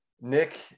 Nick